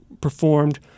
performed